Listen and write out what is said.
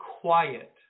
quiet